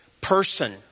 person